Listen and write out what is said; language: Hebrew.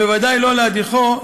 בוודאי לא להדיחו,